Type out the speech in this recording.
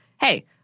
hey